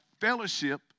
fellowship